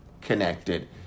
connected